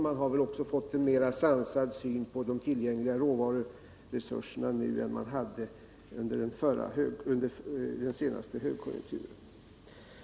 Man gör väl också en mer sansad bedömning av de tillgängliga råvaruresurserna än man gjorde under den senaste högkonjunkturen.